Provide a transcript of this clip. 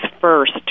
first